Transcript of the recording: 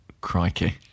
Crikey